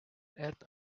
earth